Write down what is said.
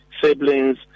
siblings